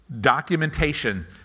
documentation